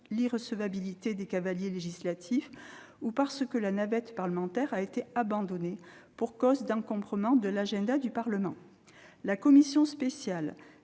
l'irrecevabilité des cavaliers législatifs ou parce que la navette parlementaire a été abandonnée en raison de l'encombrement de l'ordre du jour du Parlement. La commission spéciale